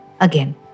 Again